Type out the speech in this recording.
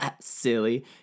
silly